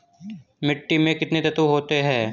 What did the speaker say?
मिट्टी में कितने तत्व होते हैं?